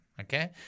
okay